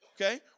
Okay